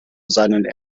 seinen